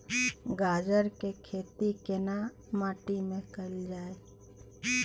गाजर के खेती केना माटी में कैल जाए?